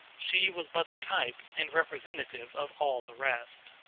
she was but the type and representative of all the rest.